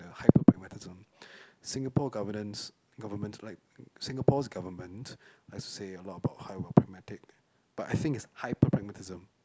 hyper pragmatism Singapore governance government like Singapore's government likes to say a lot about how we are pragmatic but I think is hyper pragmatism